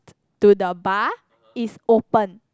to the bar is open